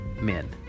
men